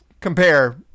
Compare